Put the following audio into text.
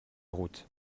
route